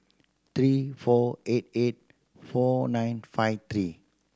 three four eight eight four nine five three